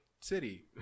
city